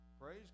Praise